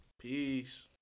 Peace